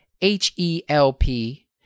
H-E-L-P